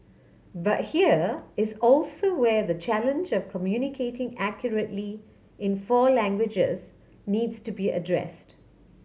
but here is also where the challenge of communicating accurately in four languages needs to be addressed